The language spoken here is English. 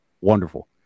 Wonderful